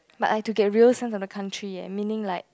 like I've to get real sense of the country leh meaning like